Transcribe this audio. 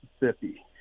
Mississippi